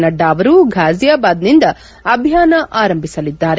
ನಡ್ಡಾ ಅವರು ಫಾಜಿಯಾಬಾದ್ನಿಂದ ಅಭಿಯಾನ ಆರಂಭಿಸಲಿದ್ದಾರೆ